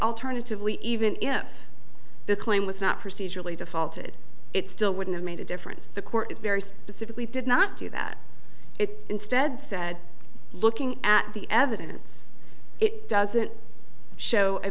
alternatively even if the claim was not procedurally defaulted it still wouldn't have made a difference the court very specifically did not do that it instead said looking at the evidence it doesn't show a